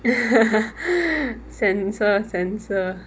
sensor sensor